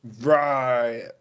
Right